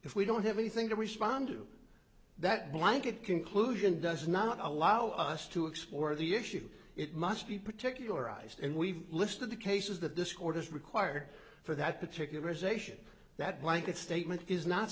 if we don't have anything to respond to that blanket conclusion does not allow us to explore the issue it must be particularized and we've listed the cases that this court has required for that particular ization that blanket statement is not